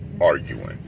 arguing